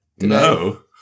no